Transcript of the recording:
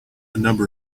number